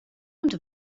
und